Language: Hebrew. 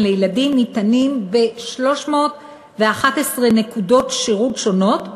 לילדים ניתנים ב-311 נקודות שירות שונות,